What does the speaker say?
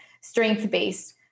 strength-based